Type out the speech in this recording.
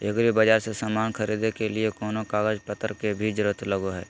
एग्रीबाजार से समान खरीदे के लिए कोनो कागज पतर के भी जरूरत लगो है?